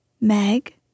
Meg